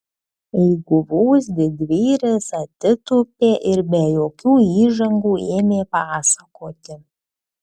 eiguvos didvyris atsitūpė ir be jokių įžangų ėmė pasakoti